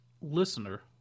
listener